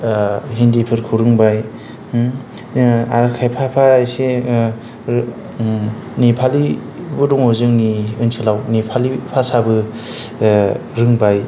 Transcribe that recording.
हिन्दिफोरखौ रोंबाय खायफाफा नेपालि भासाबो दङ जोंनि ओनसोलाव नेपालिबो रोंबाय